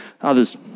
others